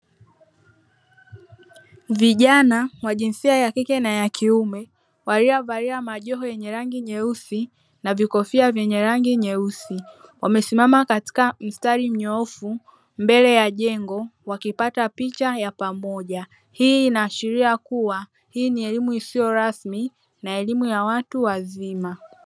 Vijana wa jinsia ya kike na ya kiume waliovalia majoho yenye rangi nyeusi na vikofia vyenye rangi nyeusi, wamesimama katika mstari mnyoofu mbele ya jengo wakipata picha ya pamoja hii inaashiria kuwa hii ni elimu isiyo rasmi na elimu ya watu wazima.